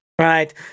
Right